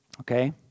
okay